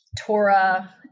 Torah